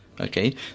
Okay